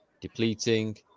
depleting